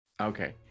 Okay